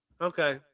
Okay